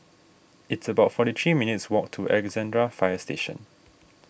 it's about forty three minutes' walk to Alexandra Fire Station